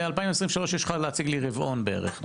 2023 יש לך להציג לי רבעון בערך,